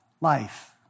life